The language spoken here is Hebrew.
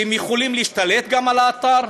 שיכולים להשתלט על האתר?